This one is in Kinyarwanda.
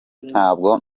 ntabwo